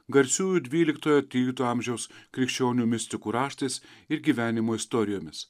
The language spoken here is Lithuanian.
garsiųjų dvyliktojo tryliktojo amžiaus krikščionių mistikų raštais ir gyvenimo istorijomis